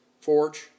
Forge